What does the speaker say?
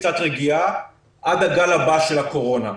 קצת רגיעה עד הגל הבא של הקורונה.